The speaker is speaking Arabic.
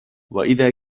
وإذا